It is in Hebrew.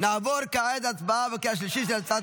נעבור כעת להצבעה בקריאה השלישית על הצעת